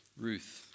Ruth